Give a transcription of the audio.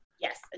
Yes